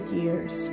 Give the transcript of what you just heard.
years